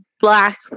black